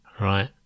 Right